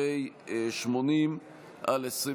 פ/80/25.